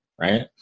Right